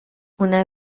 una